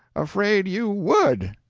afraid you would,